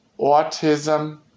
Autism